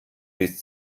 bis